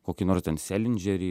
kokį nors ten selindžerį